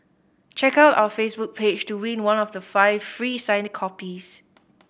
check out our Facebook page to win one of the five free signed copies